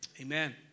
Amen